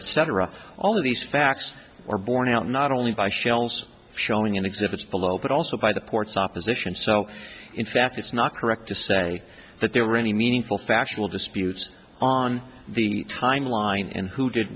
et cetera all of these facts are borne out not only by shells showing in exhibits below but also by the ports opposition so in fact it's not correct to say that there were any meaningful factional disputes on the time line and who did